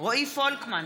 רועי פולקמן,